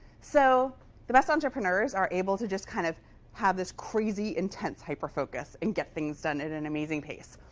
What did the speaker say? so the best entrepreneurs are able to just kind of have this crazy, intense hyper-focus and get things done at an amazing pace.